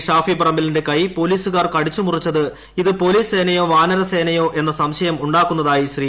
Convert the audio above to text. ഷാഫി പറമ്പിലിന്റെ കൈ പോലീസുകാർ കടിച്ചുമുറിച്ചത് ഇത് പോലീസ് സേനയോ വാനര സേനയോ എന്ന സംശയം ഉണ്ടാക്കുന്നതായി ശ്രീ